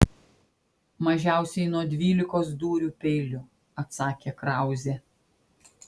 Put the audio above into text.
mažiausiai nuo dvylikos dūrių peiliu atsakė krauzė